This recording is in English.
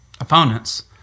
opponents